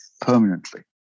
permanently